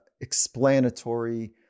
explanatory